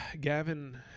Gavin